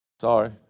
Sorry